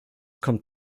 kommt